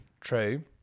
True